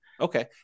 Okay